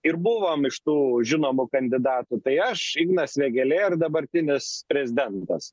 ir buvom iš tų žinomų kandidatų tai aš ignas vėgėlė ir dabartinis prezidentas